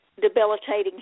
debilitating